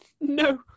No